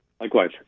Likewise